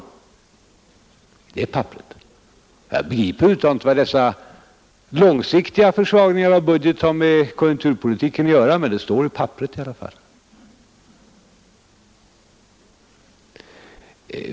Jag begriper över huvud taget inte vad dessa långsiktiga försvagningar av budgeten har med konjunkturpolitiken att göra, men det står på papperet i alla fall.